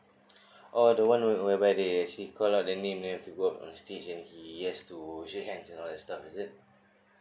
oh the one where where they actually call out the name then have to go up on the stage and he has to shake hands and all the stuffs is it